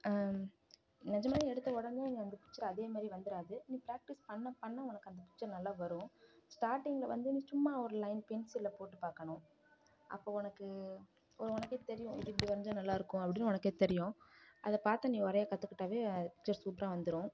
ஆ ம் நிஜமாவே எடுத்த உடனே நீ அந்த பிக்சர் அதே மாதிரி வந்துடாது நீ பிராக்டீஸ் பண்ண பண்ண உனக்கு அந்த பிக்சர் நல்லா வரும் ஸ்டார்டிங்கில் வந்து நீ சும்மா ஒரு லையன் பென்சிலில் போட்டு பார்க்கணும் அப்போ உனக்கு உனக்கே தெரியும் இப்படி வரைஞ்சால் நல்லாயிருக்கும் அப்படினு உனக்கே தெரியும் அதை பார்த்து நீ வரைய கற்றுக்கிட்டாவே பிக்சர் சூப்பராக வந்துடும்